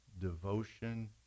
devotion